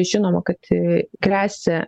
žinoma kad gresia